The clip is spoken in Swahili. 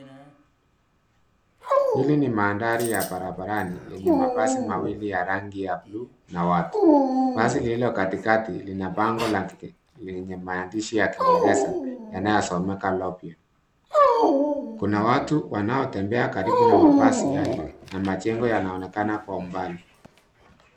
Hili ni mandhari ya barabarani yenye mabasi mawili ya rangi ya blue na watu. Basi lililo katikati lina bango lenye maandishi ya kiingereza, yanayosomeka lopio. Kuna watu wanaotembea karibu na mabasi haya, na majengo yanaonekana kwa umbali.